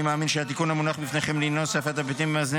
אני מאמין שהתיקון המונח בפניכם לעניין הוספת הבתים המאזנים